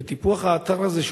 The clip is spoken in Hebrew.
לטיפוח האתר הזה,